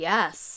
Yes